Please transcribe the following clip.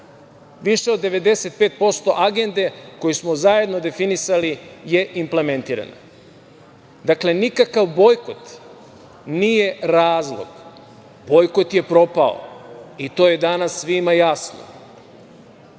više od 95% agende koju smo zajedno definisali je implementirano. Dakle, nikakav bojkot nije razlog. Bojkot je propao i to je danas svima jasno,